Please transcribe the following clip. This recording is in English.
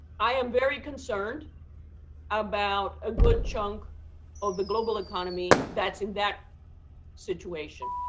i am very concerned about a good chunk of the global economy that's in that situation.